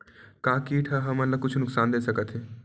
का कीट ह हमन ला कुछु नुकसान दे सकत हे?